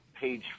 page